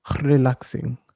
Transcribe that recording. relaxing